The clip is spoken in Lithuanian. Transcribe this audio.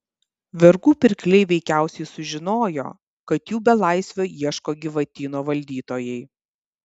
vergų pirkliai veikiausiai sužinojo kad jų belaisvio ieško gyvatyno valdytojai